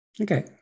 Okay